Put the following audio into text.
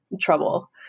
trouble